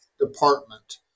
department